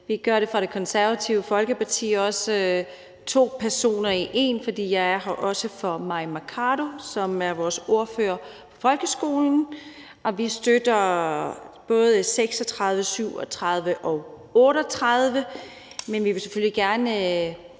det gælder også Det Konservative Folkeparti, da vi har to personer i én, for jeg er her for Mai Mercado, som er vores ordfører på folkeskoleområdet. Vi støtter både L 36, L 37 og L 38, men vi vil selvfølgelig gerne